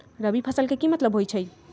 रबी फसल के की मतलब होई छई?